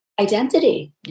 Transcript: identity